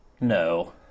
No